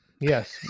Yes